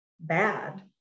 bad